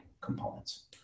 components